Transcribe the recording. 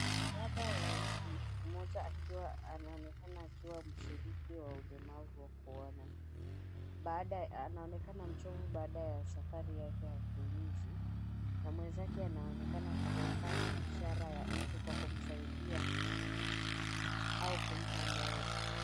Wanariadha wawili, mmoja akiwa anaonekana akiwa mshiriki wa ulemavu wa kuona, anaonekana mchovu baada ya safari yake ya ukimbizi na mwenzake anaonekana kufanya ishara ya utu kwa kumsaidia au kumpa moyo.